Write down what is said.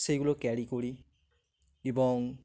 সেইগুলো ক্যারি করি এবং